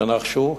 תנחשו.